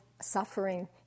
suffering